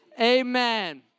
Amen